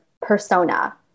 persona